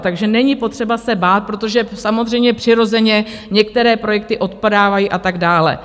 Takže není potřeba se bát, protože samozřejmě přirozeně některé projekty odpadávají a tak dále.